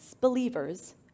believers